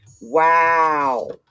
wow